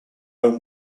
own